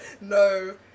No